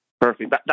Perfect